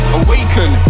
awaken